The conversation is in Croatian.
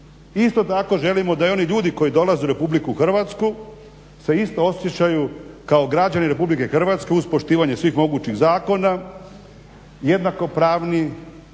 Isto tako želimo da i oni ljudi koji dolaze u RH se isto osjećaju kao građani RH uz poštivanje svih mogućih zakona, jednakopravni